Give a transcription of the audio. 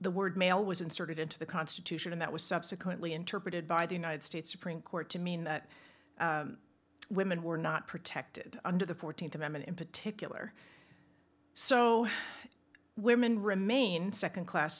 the word male was inserted into the constitution and that was subsequently interpreted by the united states supreme court to mean that women were not protected under the th amendment in particular so women remain nd class